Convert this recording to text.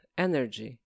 energy